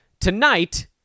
tonight